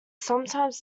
sometimes